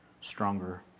stronger